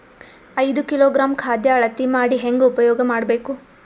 ಐದು ಕಿಲೋಗ್ರಾಂ ಖಾದ್ಯ ಅಳತಿ ಮಾಡಿ ಹೇಂಗ ಉಪಯೋಗ ಮಾಡಬೇಕು?